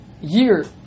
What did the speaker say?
year